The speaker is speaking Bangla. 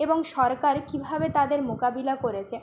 এবং সরকার কীভাবে তাদের মোকাবিলা করেছে